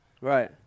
right